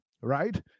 Right